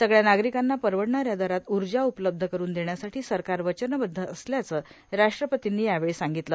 सगळ्या नागरिकांना परवडणाऱ्या दरात ऊर्जा उपलब्ध करून देण्यासाठी सरकार वचनबद्व असल्याचं राष्ट्रपतींनी यावेळी सांगितलं